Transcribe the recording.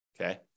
Okay